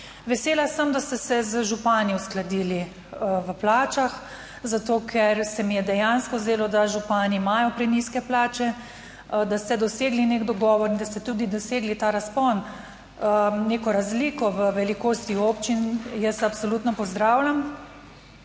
Vesela sem, da ste se z župani uskladili v plačah zato, ker se mi je dejansko zdelo, da župani imajo prenizke plače, da ste dosegli nek dogovor, in da ste tudi dosegli ta razpon, neko razliko v velikosti občin jaz absolutno pozdravljam,